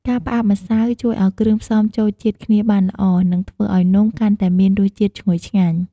ការផ្អាប់ម្សៅជួយឱ្យគ្រឿងផ្សំចូលជាតិគ្នាបានល្អ និងធ្វើឱ្យនំកាន់តែមានរសជាតិឈ្ងុយឆ្ងាញ់។